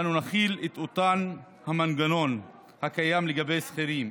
אנו נחיל את אותו המנגנון הקיים לגבי שכירים,